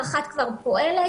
אחת כבר פועלת,